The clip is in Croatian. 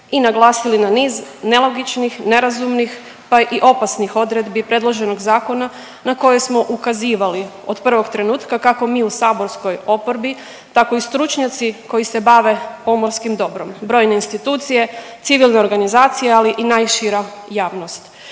i naglasili na niz nelogičnih, nerazumnih pa i opasnih odredbi predloženog zakona na koje smo ukazivali od prvog trenutka kako mi u saborskoj oporbi tako i stručnjaci koji se bave pomorskim dobrom, brojne institucije, civilne organizacije ali i najšira javnost.